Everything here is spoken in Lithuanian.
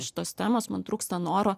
šitos temos man trūksta noro